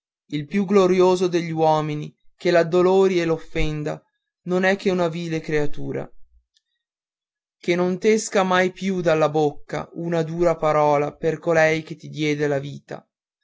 il più glorioso degli uomini che l'addolori e l'offenda non è che una vile creatura che non t'esca mai più dalla bocca una dura parola per colei che ti diede la vita